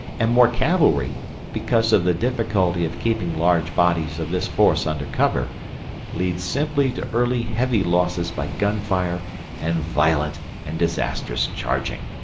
and more cavalry because of the difficulty of keeping large bodies of this force under cover leads simply to early heavy losses by gunfire and violent and disastrous charging.